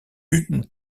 une